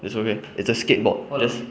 没事 okay it's a skateboard just